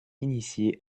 initiés